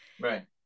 right